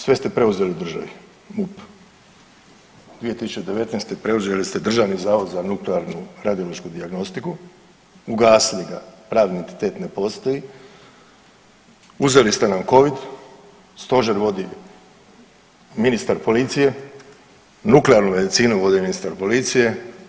Sve ste preuzeli državi, MUP, 2019. preuzeli ste Državni zavod za nuklearnu radiološku dijagnostiku, ugasili ga, pravni identitet ne postoji, uzeli ste nam covid, stožer vodi ministar policije, nuklearnu medicinu vodi ministar policije.